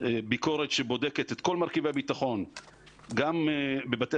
ביקורת שבודקת את כל מרכיבי הביטחון גם בבתי